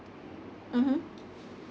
mmhmm